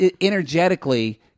energetically